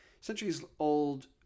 centuries-old